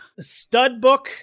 Studbook